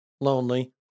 lonely